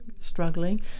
struggling